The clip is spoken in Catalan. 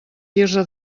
quirze